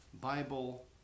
Bible